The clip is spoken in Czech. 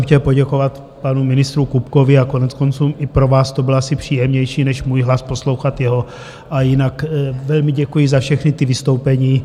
Chtěl jsem poděkovat panu ministrovi Kupkovi, a koneckonců i pro vás to bylo asi příjemnější než můj hlas poslouchat jeho, a jinak velmi děkuji za všechna vystoupení.